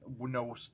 No